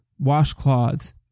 washcloths